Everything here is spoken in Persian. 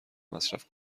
مصرف